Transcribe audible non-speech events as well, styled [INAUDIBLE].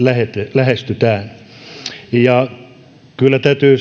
lähestytään ja kyllä täytyy [UNINTELLIGIBLE]